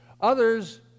Others